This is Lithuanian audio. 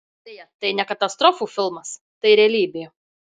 deja tai ne katastrofų filmas tai realybė